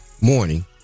morning